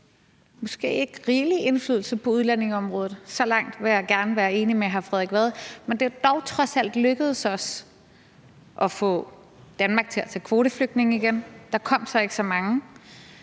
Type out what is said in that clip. måske ikke rigelig indflydelse på udlændingeområdet, så langt vil jeg gerne være enig med hr. Frederik Vad, men det er dog trods alt lykkedes os at få Danmark til at tage kvoteflygtninge igen – der kom så ikke så mange